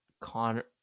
Connor